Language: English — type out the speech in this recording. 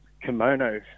kimono